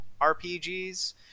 rpgs